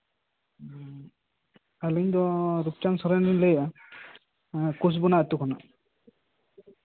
ᱟᱹᱞᱤᱧ ᱫᱚ ᱨᱩᱯᱪᱟᱸᱫᱽ ᱥᱚᱨᱮᱱ ᱞᱤᱧ ᱞᱟᱹᱭ ᱫᱟ ᱠᱩᱥᱵᱚᱱᱟ ᱟᱛᱳ ᱠᱷᱚᱱᱟᱜ